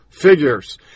figures